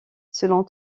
selon